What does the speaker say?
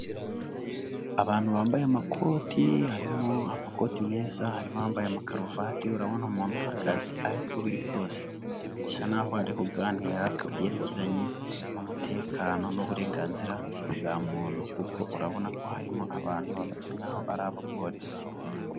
Abantu bambaye amakoti, harimo amakoti meza, harimo bambaye amakaruvati, urabona umuntu uhagaze ariko uko biri kose, bisa n'aho bari kuganira ku byerekeranye n'umutekano n'uburenganzira bwa muntu kuko urabona ko harimo abantu bameze nk'aho ari abapolisi.